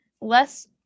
less